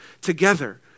together